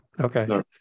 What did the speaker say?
Okay